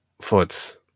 foot